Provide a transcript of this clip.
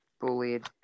bullied